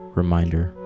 reminder